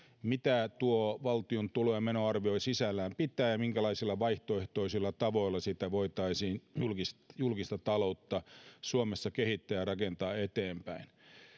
mitä valtion tulo ja menoarvio sisällään pitää ja minkälaisilla vaihtoehtoisilla tavoilla voitaisiin julkista julkista taloutta suomessa kehittää ja rakentaa eteenpäin